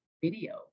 video